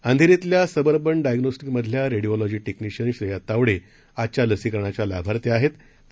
अंधेरीतल्यासबरबनडायग्नोस्टीकमधल्यारेडियोलॉजीटेक्निशियनश्रेयातावडेआजच्यालसीकरणाच्यालाभार्थीआहेत